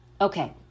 Okay